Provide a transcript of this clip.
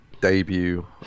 debut